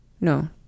No